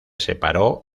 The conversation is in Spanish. separó